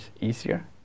easier